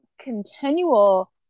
continual